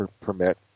permit